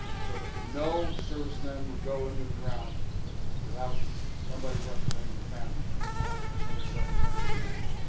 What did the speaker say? so that no servicemen would go into the ground without somebody representing the family the family or somebody representing the family.